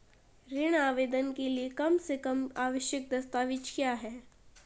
ऋण आवेदन के लिए कम से कम आवश्यक दस्तावेज़ क्या हैं?